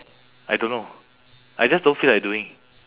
I don't know I just don't feel like doing